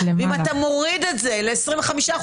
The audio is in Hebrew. ואם אתה מוריד את זה ל-25%,